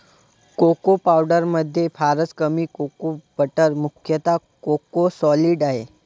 cocoa पावडरमध्ये फारच कमी कोको बटर मुख्यतः कोको सॉलिड आहे